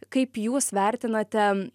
kaip jūs vertinate